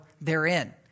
therein